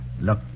Look